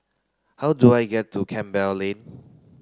how do I get to Campbell Lane